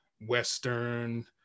western